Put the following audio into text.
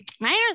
Myers